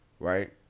Right